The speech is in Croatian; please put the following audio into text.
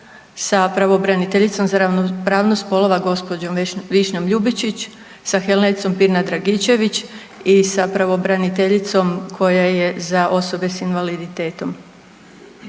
sa pravobraniteljicom za ravnopravnost spolova gospođom Višnjom Ljubičić, sa Helencom Pirnat Dragičević i sa pravobraniteljicom koja je za osobe sa invaliditetom.